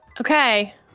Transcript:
Okay